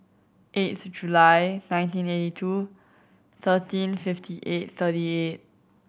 eighth July nineteen eighty two thirteen fifty eight thirty eight